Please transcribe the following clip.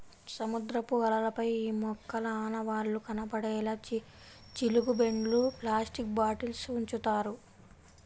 సముద్రపు అలలపై ఈ మొక్కల ఆనవాళ్లు కనపడేలా జీలుగు బెండ్లు, ప్లాస్టిక్ బాటిల్స్ ఉంచుతారు